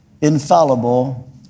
infallible